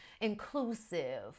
inclusive